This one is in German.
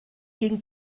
ging